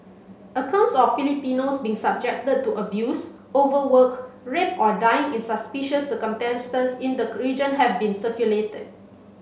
accounts of Filipinos being subjected to abuse overwork rape or dying in suspicious circumstances in the region have been circulated